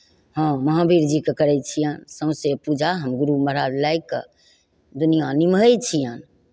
हँ महावीर जीकेँ करै छियनि सौँसे पूजा हम गुरू महाराज लागि कऽ दुनिआँ निमहै छियनि